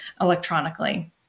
electronically